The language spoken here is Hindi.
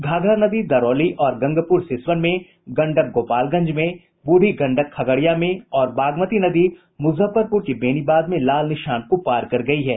घाघरा नदी दरौली और गंगपुर सिसवन में गंडक गोपालगंज में ब्रूढ़ी गंडक खगड़िया में और बागमती नदी मुजफ्फरपुर के बेनीबाद में लाल निशान को पार कर गयी है